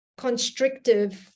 constrictive